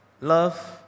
love